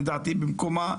לדעתי במקומה,